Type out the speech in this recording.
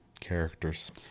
characters